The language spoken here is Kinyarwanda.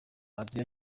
aziya